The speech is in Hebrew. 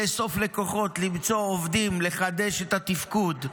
לאסוף לקוחות, למצוא עובדים, לחדש את התפקוד.